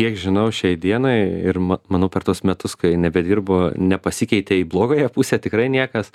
kiek žinau šiai dienai ir ma manau per tuos metus kai nebedirbu nepasikeitė į blogąją pusę tikrai niekas